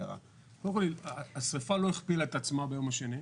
קודם כל, השריפה לא הכפילה את עצמה ביום השני.